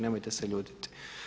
Nemojte se ljutiti.